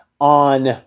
on